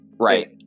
Right